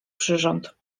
przyrząd